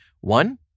One